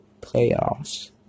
playoffs